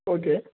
okay